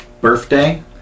Birthday